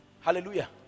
hallelujah